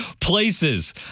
places